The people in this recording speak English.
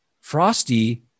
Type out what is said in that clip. Frosty